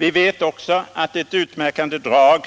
Vi vet också att ett utmärkande drag